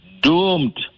doomed